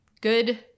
Good